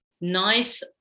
nice